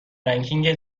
رنکینگ